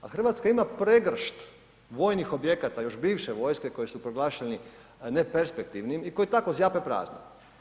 A Hrvatska ima pregršt vojni objekata još bivše vojske koji su proglašeni ne perspektivnim i koji tako zjape prazni.